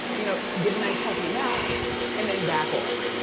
you know give a nice, healthy amount and then back off.